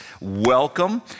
Welcome